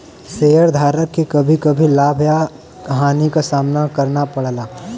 शेयरधारक के कभी कभी लाभ या हानि क सामना करना पड़ला